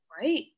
right